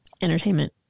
entertainment